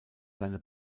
seine